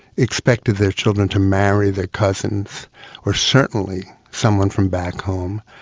expected their children to marry their cousins or certainly someone from back home.